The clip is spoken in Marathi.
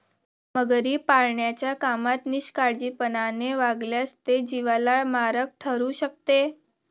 मगरी पाळण्याच्या कामात निष्काळजीपणाने वागल्यास ते जीवाला मारक ठरू शकते